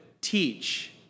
teach